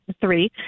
three